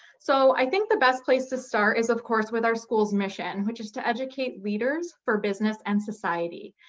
so i think the best place to start is of course with our school's mission, which is to educate leaders for business and society.